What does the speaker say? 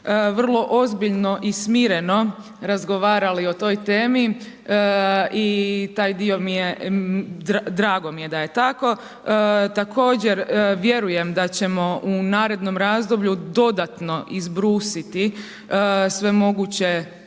vrlo ozbiljno i smireno razgovarali o toj temi i taj dio mi je drago mi je da je tako. Također vjerujem da ćemo u narednom razdoblju, dodatno izbrusiti sve moguće